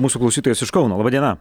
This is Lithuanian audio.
mūsų klausytojas iš kauno laba diena